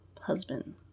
husband